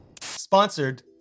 sponsored